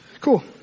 Cool